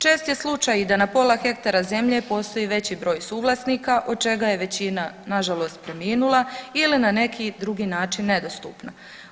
Čest je slučaj i da na pola hektara zemlje postoji veći broj suvlasnika od čega je većina nažalost preminula ili na neki drugi način nedostupno.